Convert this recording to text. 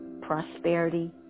prosperity